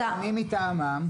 אני מטעמם.